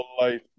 Life